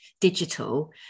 digital